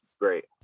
great